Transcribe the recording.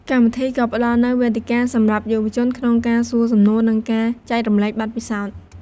កម្មវិធីក៏ផ្ដល់នូវវេទិកាសម្រាប់យុវជនក្នុងការសួរសំណួរ និងការចែករំលែកបទពិសោធន៍។